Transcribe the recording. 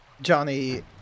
Johnny